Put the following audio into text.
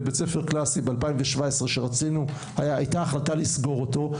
בית ספר קלאסי ב-2017 שהייתה החלטה לסגור אותו,